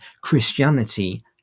Christianity